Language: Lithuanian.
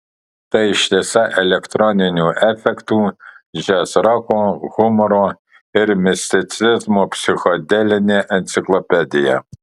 tai ištisa elektroninių efektų džiazroko humoro ir misticizmo psichodelinė enciklopedija